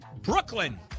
Brooklyn